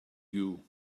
you